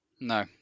no